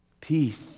Peace